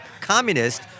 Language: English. communist